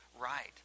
right